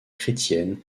chrétienne